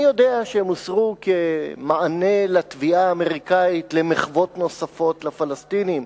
אני יודע שהם הוסרו כמענה לתביעה האמריקנית למחוות נוספות לפלסטינים,